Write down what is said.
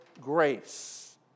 grace